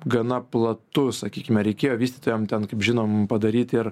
gana platus sakykime reikėjo vystytojam ten kaip žinom padaryti ir